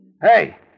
Hey